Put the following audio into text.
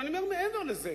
אבל אני אומר מעבר לזה,